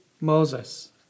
Moses